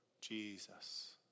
Jesus